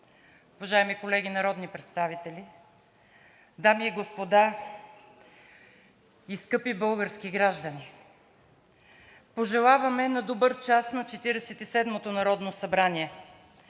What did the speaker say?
уважаеми колеги народни представители, дами и господа и скъпи български граждани! Пожелаваме на добър час на Четиридесет